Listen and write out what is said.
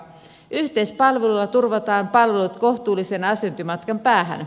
yhteispalvelulla turvataan palvelut kohtuullisen asiointimatkan päähän